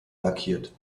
lackiert